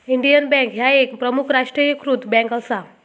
Indian bank ह्या एक प्रमुख राष्ट्रीयीकृत बँक असा